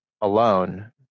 alone